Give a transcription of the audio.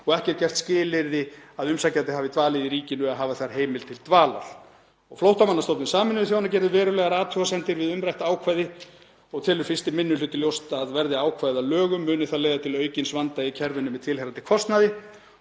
og ekki er gert að skilyrði að umsækjandi hafi dvalið í ríkinu eða hafi þar heimild til dvalar. […] Flóttamannastofnun Sameinuðu þjóðanna gerði verulegar athugasemdir við umrætt ákvæði og telur 1. minni hluti ljóst að verði ákvæðið að lögum muni það leiða til aukins vanda í kerfinu með tilheyrandi kostnaði.